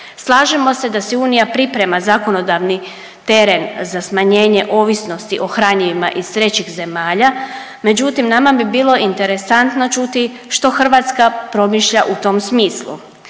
Slažemo se da si unija priprema zakonodavni teren za smanjenje ovisnosti o hranjivima iz trećih zemalja, međutim nama bi bilo interesantno čuti što Hrvatska promišlja u tom smislu,